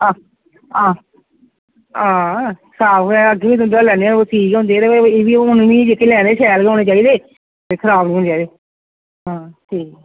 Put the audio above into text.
आ आ आं साफ गै अग्गुआं बी तुंदे कोलां लैन्ने आं ठीक गै होंदे उन जेह्के लैने शैल गै होने चाहिदे खराब नीं होने चाहिदे हां ठीक ऐ